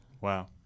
Wow